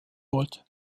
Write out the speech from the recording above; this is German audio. wollte